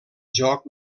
joc